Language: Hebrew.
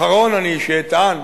אחרון אני שאטען